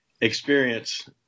experience